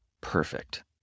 perfect